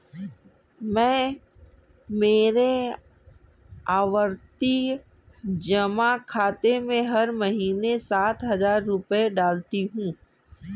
मैं मेरे आवर्ती जमा खाते में हर महीने सात हजार रुपए डालती हूँ